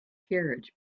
carriage